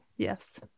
Yes